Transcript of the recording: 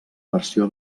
versió